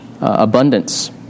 abundance